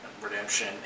redemption